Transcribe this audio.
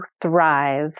thrive